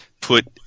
put